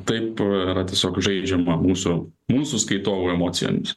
taip yra tiesiog žaidžiama mūsų mūsų skaitovų emocijoms